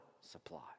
supply